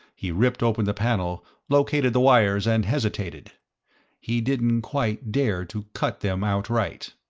he ripped open the panel, located the wires and hesitated he didn't quite dare to cut them outright.